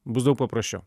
bus daug paprasčiau